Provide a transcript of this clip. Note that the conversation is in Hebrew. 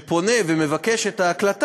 כשהוא פונה ומבקש את ההקלטה,